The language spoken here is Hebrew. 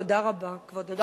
תודה רבה, כבוד היושב-ראש.